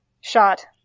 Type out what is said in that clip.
shot